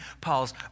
Paul's